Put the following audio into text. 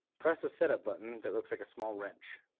press the setup button that looks like a small wrench.